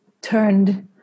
turned